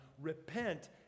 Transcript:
repent